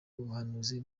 ubuhanuzi